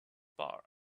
bar